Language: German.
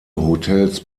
hotels